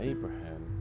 Abraham